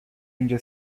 اینجا